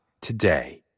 today